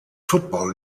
football